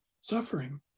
suffering